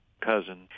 cousin